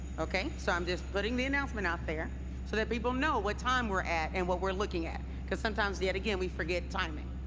okay? so i'm just putting the announcement out there so that people know what time we're and what we're looking at, because sometimes, yet again, we forget timing.